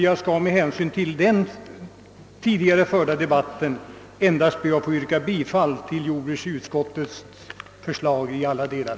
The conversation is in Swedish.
Jag skall med hänvisning till den tidigare förda debatten endast be att få yrka bifall till jordbruksutskottets hemställan på denna punkt.